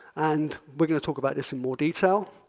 and we're going to talk about this in more detail.